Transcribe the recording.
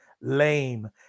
Lame